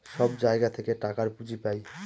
সব জায়গা থেকে টাকার পুঁজি পাই